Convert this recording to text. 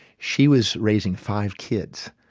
she was raising five kids.